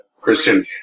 Christian